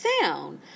sound